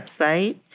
website